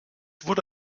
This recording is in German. wurde